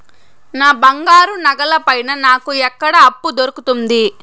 నా బంగారు నగల పైన నాకు ఎక్కడ అప్పు దొరుకుతుంది